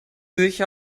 sich